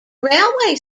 railway